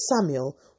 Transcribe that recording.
Samuel